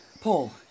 Paul